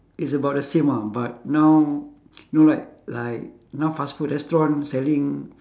it's about the same ah but now you know like like now fast food restaurant selling